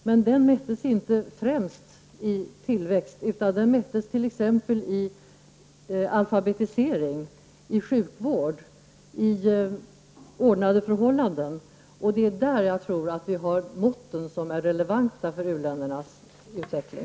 Men den mättes inte främst i tillväxt, utan den mättes t.ex. i alfabetisering, i sjukvård, i ordnade förhållanden. Det är där jag tror att vi har de mått som är relevanta för u-ländernas utveckling.